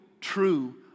true